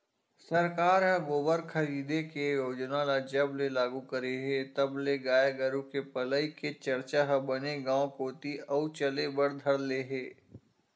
सरकार ह गोबर खरीदे के योजना ल जब ले लागू करे हे तब ले गाय गरु के पलई के चरचा ह बने गांव कोती अउ चले बर धर ले हे